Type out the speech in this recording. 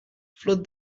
flood